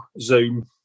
Zoom